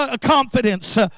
confidence